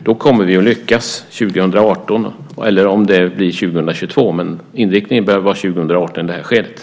Då kommer vi att lyckas 2018. Det kan ju bli 2022, men inriktningen bör vara 2018 i det här skedet.